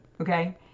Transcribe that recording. okay